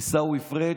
עיסאווי פריג',